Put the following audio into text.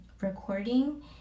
recording